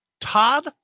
Todd